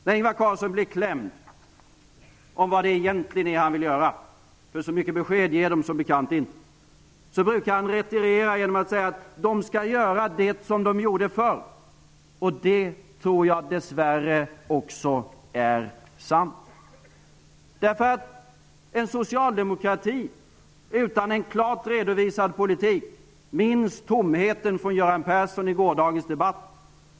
När Ingvar Carlsson blir klämd på vad det egentligen är Socialdemokraterna vill göra -- så mycket besked ger de som bekant inte -- brukar han retirera genom att säga att de skall göra det som de gjorde förr, och det tror jag dess värre också är sant. En socialdemokrati utan en klart redovisad politik -- minns tomheten i Göran Perssons tal i gårdagens debatt!